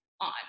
on